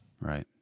right